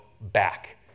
back